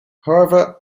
however